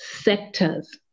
sectors